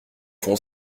font